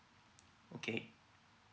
okay